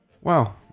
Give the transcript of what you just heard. Wow